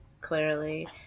clearly